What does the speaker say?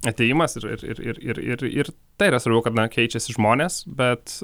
atėjimas ir ir ir ir ir ir tai yra svarbiau kad na keičiasi žmonės bet